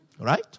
Right